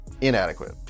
inadequate